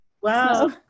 Wow